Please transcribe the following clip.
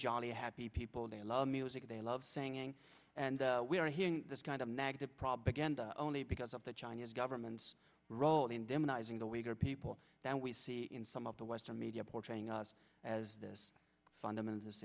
jolly happy people they love music they love singing and we are hearing this kind of negative propaganda only because of the chinese government's role in damaging the weaker people than we see in some of the western media portraying us as fundamentalist